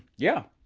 yeah.